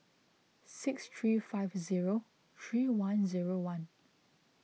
six three five zero three one zero one